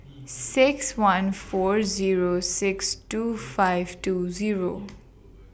six one four Zero six two five two Zero